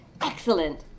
excellent